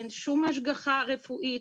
אין השגחה רפואית,